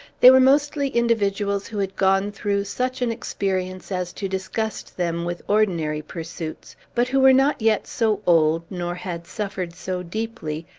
they were mostly individuals who had gone through such an experience as to disgust them with ordinary pursuits, but who were not yet so old, nor had suffered so deeply,